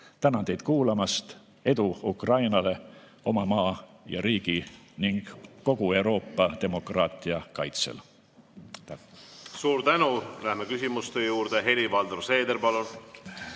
Tänan teid kuulamast! Edu Ukrainale oma maa ja riigi ning kogu Euroopa demokraatia kaitsel! Aitäh! Suur tänu! Läheme küsimuste juurde. Helir-Valdor Seeder,